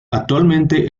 actualmente